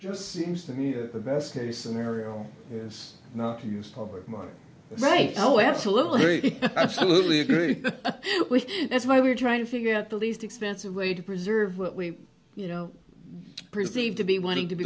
just seems to me that the best case scenario is not to use public money right oh absolutely absolutely that's why we're trying to figure out the least expensive way to preserve what we you know perceived to be wanting to